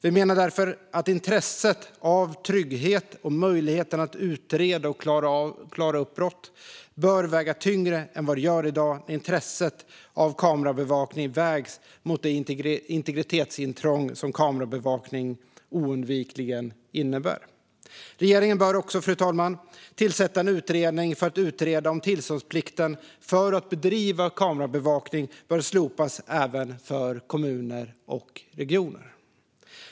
Vi menar därför att intresset av trygghet och möjligheten att utreda och klara upp brott bör väga tyngre än vad det gör i dag när intresset av kamerabevakning vägs mot det integritetsintrång som kamerabevakning oundvikligen innebär. Regeringen bör också, fru talman, tillsätta en utredning för att utreda om tillståndsplikten för att bedriva kamerabevakning bör slopas även för kommuner och regioner.